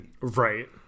Right